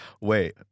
Wait